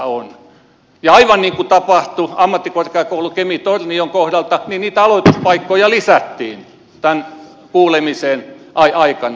ja aivan niin kuin tapahtui ammattikorkeakoulu kemi tornion kohdalla niitä aloituspaikkoja lisättiin tämän kuulemisen aikana